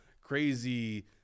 crazy